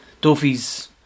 Duffy's